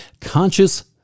conscious